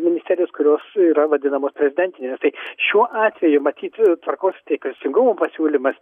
ministerijos kurios yra vadinamo prezidentinės tai šiuo atveju matyt tvarkos ir teipisingumo pasiūlymas